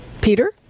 Peter